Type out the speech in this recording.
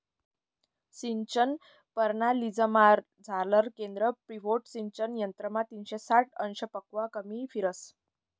सिंचन परणालीमझारलं केंद्र पिव्होट सिंचन यंत्रमा तीनशे साठ अंशपक्शा कमी फिरस